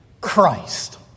Christ